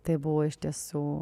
tai buvo iš tiesų